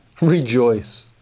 rejoice